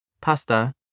pasta